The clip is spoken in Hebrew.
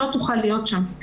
לא תוכל להיות שם.